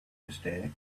mistake